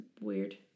weird